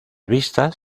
vistas